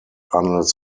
unless